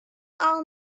all